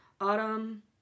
autumn